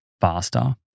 faster